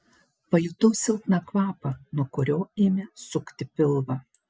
pajutau silpną kvapą nuo kurio ėmė sukti pilvą